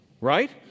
right